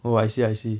oh I see I see